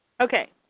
Okay